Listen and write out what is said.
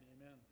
Amen